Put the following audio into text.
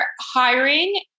hiring